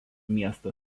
miestą